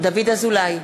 דוד אזולאי,